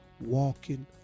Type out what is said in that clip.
walking